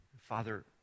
Father